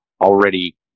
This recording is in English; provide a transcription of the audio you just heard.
already